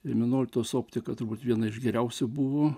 ir minoltos optiką turbūt viena iš geriausių buvo